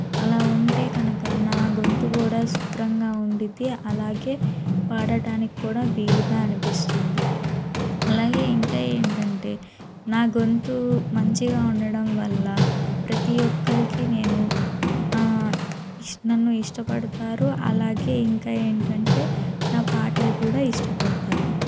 అలా ఉంటే కనుక నా గొంతు కూడా శుభ్రంగా ఉంటుంది అలాగే పాడటానికి కూడా వీలుగా అనిపిస్తుంది అలాగే ఇంకా ఏంటంటే నా గొంతు మంచిగా ఉండటం వలన ప్రతీ ఒక్కరికి నేను నన్ను ఇష్టపడతారు అలాగే ఇంకా ఏంటంటే నా పాటలు కూడా ఇష్టపడతారు